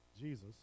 Jesus